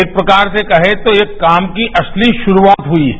एक प्रकार से कहें तो यह काम की असली शुरूआत हुई है